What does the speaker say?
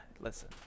Listen